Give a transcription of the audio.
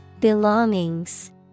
Belongings